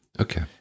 Okay